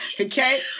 Okay